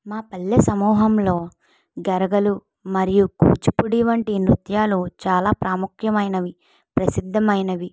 మా పల్లె సమూహంలో గరగలు మరియు కూచిపూడి వంటి నృత్యాలు చాలా ప్రాముఖ్యమైనవి ప్రసిద్ధమైనవి